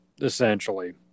Essentially